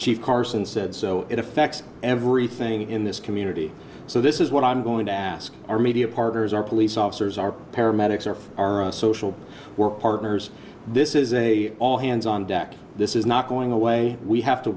chief carson said so it affects everything in this community so this is what i'm going to ask our media partners our police officers our paramedics our our our social work partners this is a all hands on deck this is not going away we have to